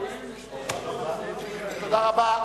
תודה רבה.